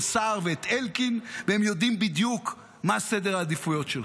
סער ואת אלקין והם יודעים בדיוק מה סדר העדיפויות שלך.